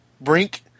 Brink